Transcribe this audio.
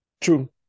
True